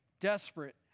Desperate